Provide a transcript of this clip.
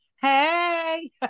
hey